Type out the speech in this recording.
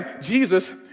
Jesus